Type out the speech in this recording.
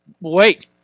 Wait